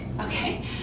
okay